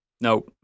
No